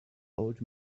old